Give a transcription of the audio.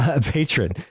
patron